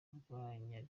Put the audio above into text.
urwanya